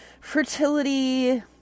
fertility